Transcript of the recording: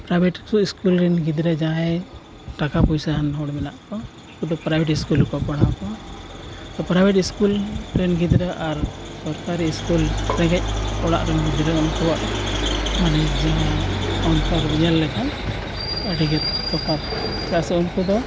private school ᱨᱮᱱ ᱜᱤᱫᱽᱨᱟᱹ ᱡᱟᱦᱟᱸᱭ ᱴᱟᱠᱟ ᱯᱚᱭᱥᱟᱣᱟᱱ ᱦᱚᱲ ᱢᱮᱱᱟᱜ ᱠᱚᱣᱟ ᱩᱱᱠᱩ ᱫᱚ ᱯᱨᱟᱭᱵᱷᱮᱴ ᱤᱥᱠᱩᱞ ᱨᱮ ᱠᱚ ᱯᱟᱲᱦᱟᱣ ᱠᱚᱣᱟ ᱯᱨᱟᱭᱵᱷᱮᱴ ᱤᱥᱠᱩᱞ ᱨᱮᱱ ᱜᱤᱫᱽᱨᱟᱹ ᱟᱨ ᱥᱚᱨᱠᱟᱨᱤ ᱤᱥᱠᱩᱞ ᱨᱮᱸᱜᱮᱡ ᱚᱲᱟᱜ ᱨᱮᱱ ᱜᱤᱫᱽᱨᱟᱹ ᱩᱱᱠᱩᱣᱟᱱ ᱢᱟᱱᱮ ᱡᱮᱢᱚᱱ ᱚᱱᱛᱚᱨ ᱧᱮᱞ ᱞᱮᱠᱷᱟᱱ ᱟᱹᱰᱤᱜᱮ ᱛᱚᱯᱷᱟᱛ ᱪᱮᱫᱟᱜ ᱥᱮ ᱩᱱᱠᱩ ᱫᱚ